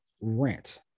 rent